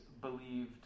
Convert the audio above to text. believed